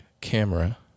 Camera